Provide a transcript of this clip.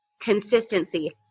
consistency